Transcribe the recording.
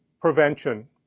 prevention